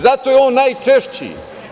Zato je on najčešći.